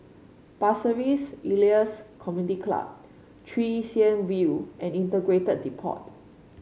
Pasir Ris Elias Community Club Chwee Chian View and Integrated Depot